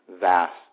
vast